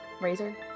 razor